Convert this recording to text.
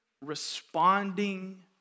responding